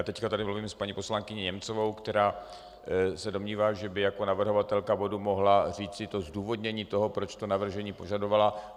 Teď mluvím s paní poslankyní Němcovou, která se domnívá, že by jako navrhovatelka bodu mohla říci zdůvodnění toho, proč navržení požadovala.